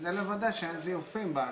כדי לוודא שאין זיופים בעלייה,